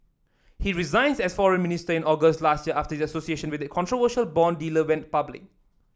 he resigned as foreign minister in August last year after this association with the controversial bond dealer went public